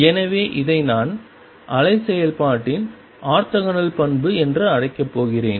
எனவே இதை நான் அலை செயல்பாட்டின் ஆர்த்தோகனல் பண்பு என்று அழைக்கப் போகிறேன்